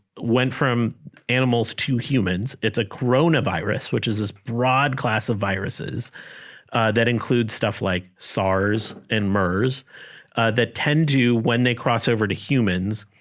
went from animals to humans it's a corona virus which is this broad class of viruses that includes stuff like sars and mers that tend to when they cross over to humans